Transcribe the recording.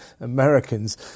Americans